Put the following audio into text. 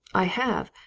i have!